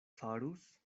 farus